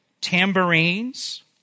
tambourines